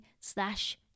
slash